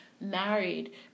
married